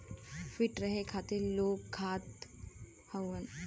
feet रहे खातिर लोग खात हउअन